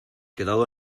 quedado